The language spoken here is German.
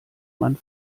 man